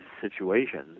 situations